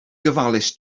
gofalus